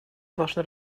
должны